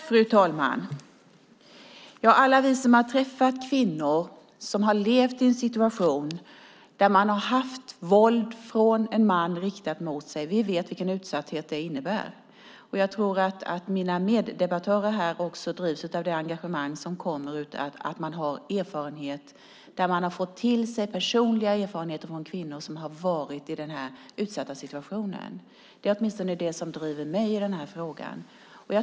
Fru talman! Alla vi som har träffat kvinnor som har levat i en situation där de haft våld från en man riktad mot sig vet vilken utsatthet det innebär. Jag tror att mina meddebattörer också drivs av det engagemang som kommer av att man har fått ta del av personliga erfarenheter från kvinnor som har varit i den här utsatta situationen. Det är åtminstone det som driver mig i den här frågan.